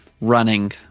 running